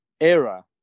era